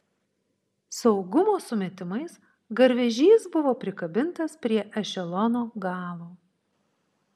saugumo sumetimais garvežys buvo prikabintas prie ešelono galo